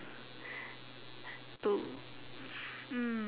to mm